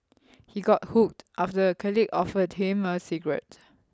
he got hooked after a colleague offered him a cigarette